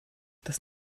das